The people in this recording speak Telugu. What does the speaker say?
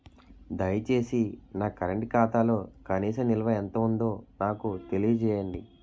దయచేసి నా కరెంట్ ఖాతాలో కనీస నిల్వ ఎంత ఉందో నాకు తెలియజేయండి